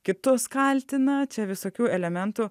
kitus kaltina čia visokių elementų